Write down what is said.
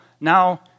now